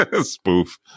spoof